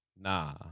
nah